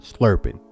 slurping